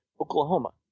Oklahoma